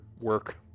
work